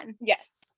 Yes